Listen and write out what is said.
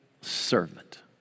servant